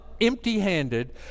empty-handed